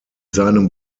seinem